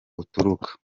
uturuka